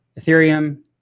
Ethereum